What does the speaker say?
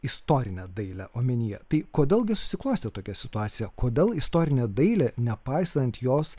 istorinę dailę omenyje tai kodėl susiklostė tokia situacija kodėl istorinė dailė nepaisant jos